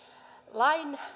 lain